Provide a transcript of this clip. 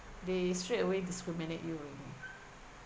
they straight away discriminate you you know